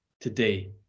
today